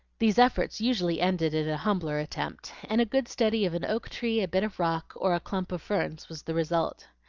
these efforts usually ended in a humbler attempt, and a good study of an oak-tree, a bit of rock, or a clump of ferns was the result.